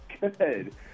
Good